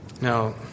Now